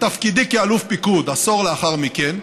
בתפקידי כאלוף פיקוד, עשור לאחר מכן,